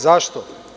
Zašto?